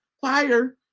fire